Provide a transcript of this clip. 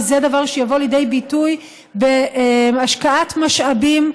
וזה דבר שיבוא לידי ביטוי בהשקעת משאבים,